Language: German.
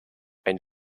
ein